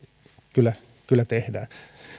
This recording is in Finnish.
kyllä kyllä tehdään